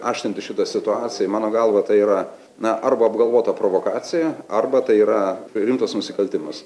aiškinti šita situacijai mano galva tai yra na arba apgalvota provokacija arba tai yra rimtas nusikaltimas